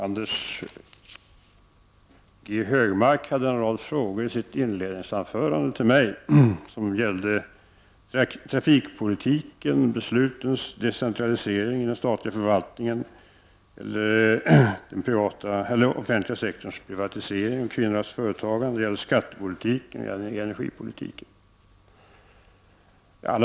Herr talman! Anders G Högmark ställde en rad frågor till mig i sitt inledningsanförande. Frågorna handlade om trafikpolitiken, beslutens decentralisering i den staliga förvaltningen, den offentliga sektorns privatisering, kvinnornas företagande, skattepolitiken och energipolitiken.